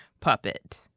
puppet